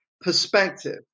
perspective